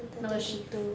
another shift